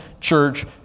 church